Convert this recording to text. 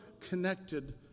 connected